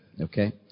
Okay